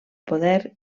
poder